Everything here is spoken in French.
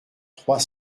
trois